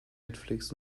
netflix